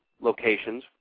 locations